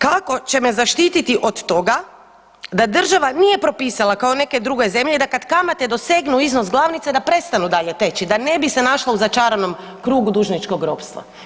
Kako će me zaštititi od toga da država nije propisala kao neke druge zemlje da kad kamate dosegnu iznos glavnice, da prestanu dalje teći, da ne bi se našlo u začaranom krugu dužničkog ropstva?